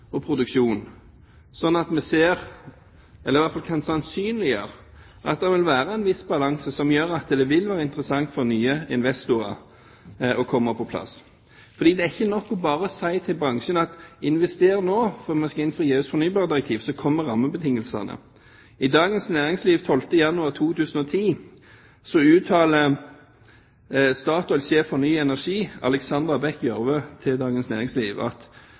og produksjon, slik at vi i hvert fall kan sannsynliggjøre at det vil være en viss balanse som gjør at det vil være interessant for nye investorer å komme på plass. Det er ikke nok bare å si til bransjen: Invester nå, før vi skal innfri EUs fornybardirektiv, og så kommer rammebetingelsene. Den 12. januar 2010 uttaler Statoils sjef for ny energi, Alexandra Bech Gjørv, til Dagens Næringsliv: